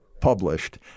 published